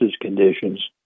conditions